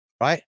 right